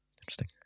Interesting